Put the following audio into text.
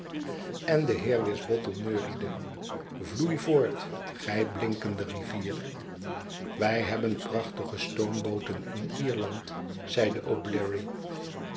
en de heer wisbottle neuriede vloei voort gij blinkende rivier wij hebben prachtige stoombooten in ierland zeide